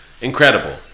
Incredible